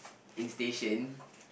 in station